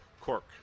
cork